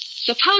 Suppose